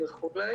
כדין להכין,